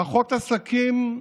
פחות עסקים,